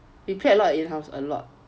we played a lot at ian's house a lot